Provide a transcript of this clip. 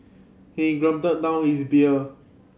he gulped down his beer